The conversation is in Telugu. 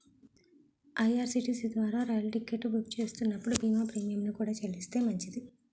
ఐ.ఆర్.సి.టి.సి ద్వారా రైలు టికెట్ బుక్ చేస్తున్నప్పుడు బీమా ప్రీమియంను కూడా చెల్లిస్తే మంచిది